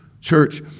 Church